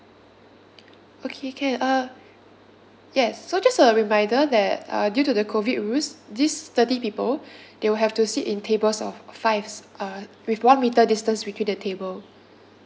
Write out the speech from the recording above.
okay can uh yes so just a reminder that uh due to the COVID rules these thirty people they will have to sit in tables of five uh with one meter distance between the table